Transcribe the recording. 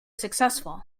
successful